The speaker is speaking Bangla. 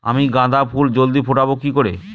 আমি গাঁদা ফুল জলদি ফোটাবো কি করে?